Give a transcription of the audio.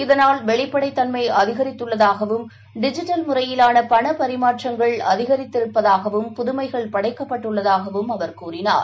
இதனால் வெளிப்படைத்தன்மைஅதிகரித்துள்ளதாகவும் டிஜிட்டல் முறையிலானபணபரிமாற்றங்கள் அதிகரித்திருப்பதாகவும் புதுமைகள் படைக்கப்பட்டுள்ளதாகவும் அவர் கூறினார்